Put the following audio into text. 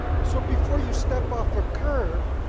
so before you step off a curb,